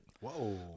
Whoa